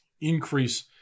increase